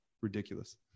ridiculous